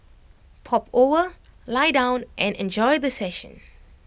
pop over lie down and enjoy the session